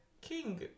King